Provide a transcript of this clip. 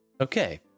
Okay